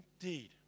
indeed